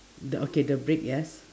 the okay the brick yes